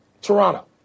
Toronto